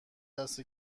دست